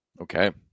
okay